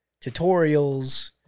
tutorials